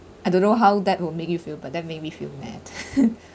I don't know how that will make you feel but that make me feel mad